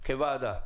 כוועדה.